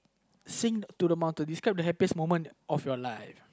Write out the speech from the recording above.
sing to the describe the happiest moment of your life